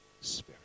Spirit